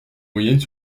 moyennes